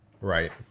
Right